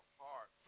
heart